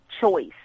choice